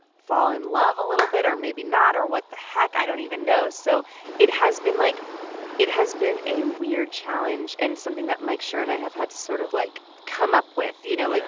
fall in love a little bit or maybe not or what the heck i don't even know. so it has been, like it has been a weird challenge and something that mike schur and i have had to sort of, like, come up with. you know. like